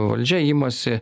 valdžia imasi